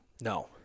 no